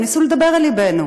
הם ניסו לדבר על לבנו.